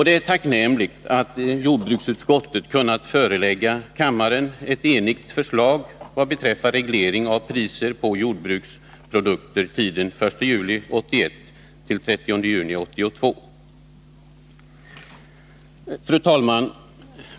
Det är tacknämligt att jordbruksutskottet kunnat förelägga kammaren ett enhälligt förslag vad beträffar reglering av priser på jordbruksprodukter för tiden från den 1 juli 1981 till den 30 juni 1982. Fru talman!